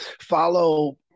follow